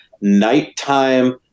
nighttime